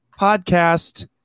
podcast